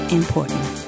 important